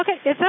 Okay